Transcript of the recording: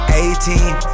eighteen